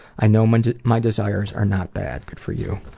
i know um and my desires are not bad. good for you.